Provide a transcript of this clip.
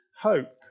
hope